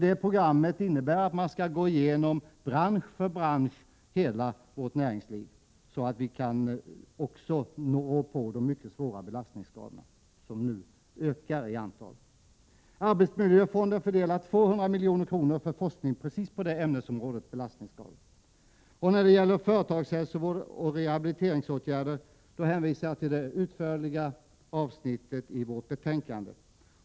I programmet skall man gå igenom bransch efter bransch i hela vårt näringsliv, för att vi skall kunna rå på de mycket svåra belastningsskadorna, som nu ökar i antal. Arbetsmiljöfonden utdelar 200 milj.kr. för forskning på området belastningsskador. När det gäller företagshälsovård och rehabiliteringsåtgärder hänvisar jag till det utförliga avsnittet härom i vårt betänkande.